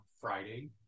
friday